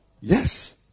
Yes